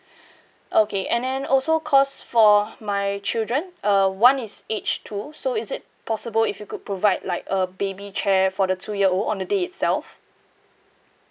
okay and then also because for my children uh one is aged two so is it possible if you could provide like a baby chair for the two year old on the day itself